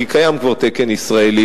כי קיים כבר תקן ישראלי,